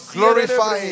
glorify